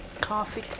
coffee